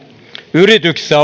yrityksissä